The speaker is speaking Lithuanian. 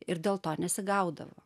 ir dėl to nesigaudavo